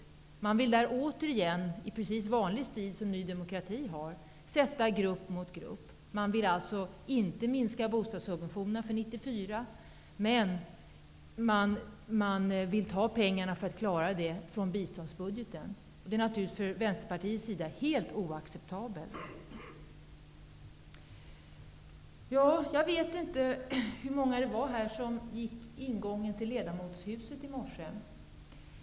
Återigen vill Ny demokrati i vanlig stil sätta grupp mot grupp. Ny demokrati vill alltså inte minska bostadssubventionerna för 1994, utan ta pengarna från biståndsbudgeten. Det är från Vänsterpartiets sida sett naturligtvis helt oacceptabelt. Jag vet inte hur många här som i morse gick gången in till ledamotshuset.